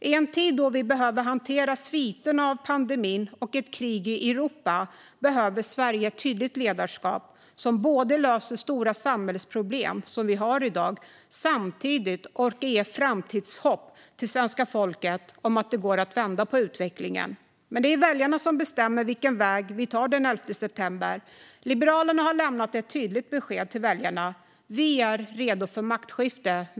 I en tid då vi behöver hantera sviterna av pandemin och ett krig i Europa behöver Sverige ett tydligt ledarskap som löser de stora samhällsproblem som vi har i dag samtidigt som vi ger framtidshopp till svenska folket om att det går att vända utvecklingen. Det är väljarna som bestämmer vilken väg Sverige tar den 11 september. Liberalerna har lämnat ett tydligt besked till väljarna. Vi är redo för maktskifte.